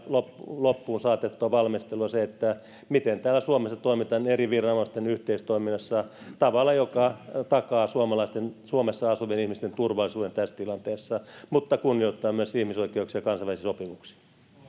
loppuunsaatettua valmistelua se miten täällä suomessa toimitaan eri viranomaisten yhteistoiminnassa tavalla joka takaa suomalaisten suomessa asuvien ihmisten turvallisuuden tässä tilanteessa mutta kunnioittaa myös ihmisoikeuksia kansainvälisiä sopimuksia